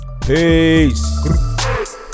Peace